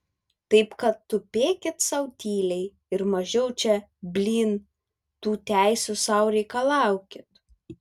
taip kad tupėkit sau tyliai ir mažiau čia blyn tų teisių sau reikalaukit